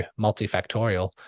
multifactorial